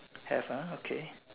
have ah okay